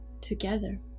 together